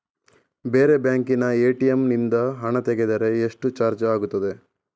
ಬೇರೆ ಬ್ಯಾಂಕಿನ ಎ.ಟಿ.ಎಂ ನಿಂದ ಹಣ ತೆಗೆದರೆ ಎಷ್ಟು ಚಾರ್ಜ್ ಆಗುತ್ತದೆ?